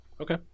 Okay